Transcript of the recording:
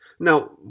Now